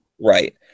Right